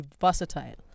versatile